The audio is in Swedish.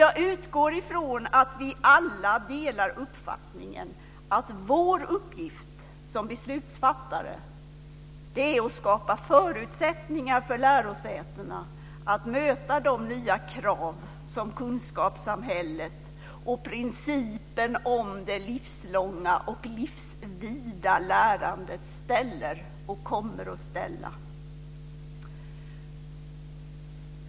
Jag utgår ifrån att vi alla delar uppfattningen att vår uppgift som beslutsfattare är att skapa förutsättningar för lärosätena att möta de nya krav som kunskapssamhället och principen om det livslånga och livsvida lärandet ställer och kommer att ställa.